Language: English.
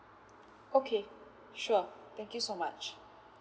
okay sure thank you so much